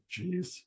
Jeez